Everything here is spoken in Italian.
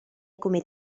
come